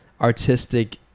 artistic